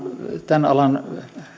tämän alan